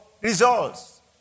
results